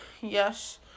yes